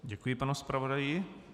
Děkuji, pane zpravodaji.